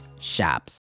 shops